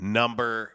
number